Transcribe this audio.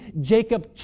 Jacob